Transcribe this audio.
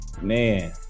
man